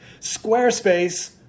Squarespace